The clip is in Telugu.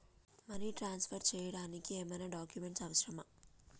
మనీ ట్రాన్స్ఫర్ చేయడానికి ఏమైనా డాక్యుమెంట్స్ అవసరమా?